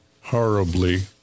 horribly